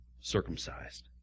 circumcised